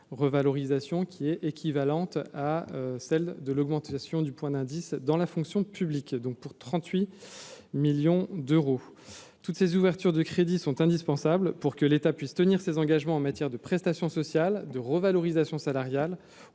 revalorisation qui est équivalente à celle de l'augmentation du point d'indice dans la fonction publique, donc, pour 38 millions d'euros toutes ces ouvertures de crédits sont indispensables pour que l'État puisse tenir ses engagements en matière de prestations sociales de revalorisation salariale